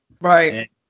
Right